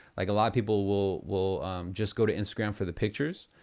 like a lot of people will will just go to instagram for the pictures,